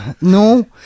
no